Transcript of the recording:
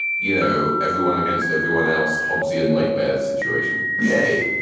you know, everyone against everyone else. hobbesian nightmare situation ok,